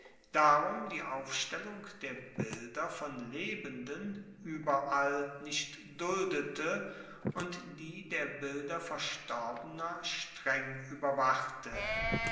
darum die ausstellung der bilder von lebenden ueberall nicht duldete und die der bilder verstorbener streng ueberwachte